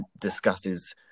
discusses